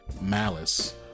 malice